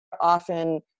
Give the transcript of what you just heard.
often